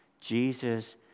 Jesus